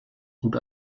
gut